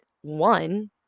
One